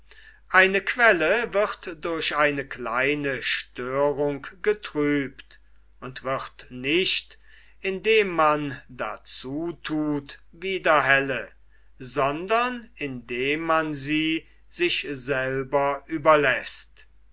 eine quelle wird durch eine kleine störung getrübt und wird nicht indem man dazu thut wieder helle sondern indem man sie sich selber überläßt